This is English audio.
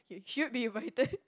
you should be invited